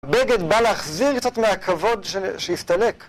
בגד בא להחזיר קצת מהכבוד שהסתלק